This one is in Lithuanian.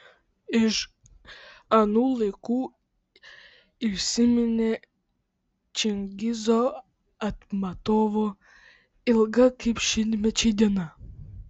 iš anų laikų įsiminė čingizo aitmatovo ilga kaip šimtmečiai diena